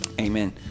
amen